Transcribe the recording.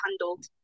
handled